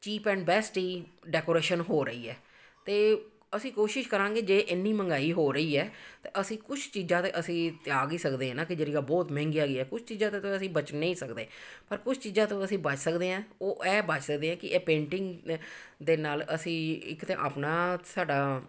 cheap and best ਹੀ decoration ਹੋ ਰਹੀ ਹੈ ਅਤੇ ਅਸੀਂ ਕੋਸ਼ਿਸ਼ ਕਰਾਂਗੇ ਜੇ ਇੰਨੀ ਮਹਿੰਗਾਈ ਹੋ ਰਹੀ ਹੈ ਅਸੀਂ ਕੁਛ ਚੀਜ਼ਾਂ ਤਾਂ ਅਸੀਂ ਤਿਆਗ ਹੀ ਸਕਦੇ ਹਾਂ ਨਾ ਕਿ ਜਿਹੜੀਆਂ ਬਹੁਤ ਮਹਿੰਗੀਆਂ ਹੈਗੀਆਂ ਕੁਛ ਚੀਜ਼ਾਂ ਤੋਂ ਤਾਂ ਅਸੀਂ ਬਚ ਨਹੀਂ ਸਕਦੇ ਪਰ ਕੁਛ ਚੀਜ਼ਾਂ ਤੋਂ ਅਸੀਂ ਬਚ ਸਕਦੇ ਹੈ ਉਹ ਐਂ ਬਚ ਸਕਦੇ ਹੈ ਕਿ ਇਹ ਪੇਂਟਿੰਗ ਦੇ ਨਾਲ ਅਸੀਂ ਇੱਕ ਤਾਂ ਆਪਣਾ ਸਾਡਾ